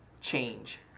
change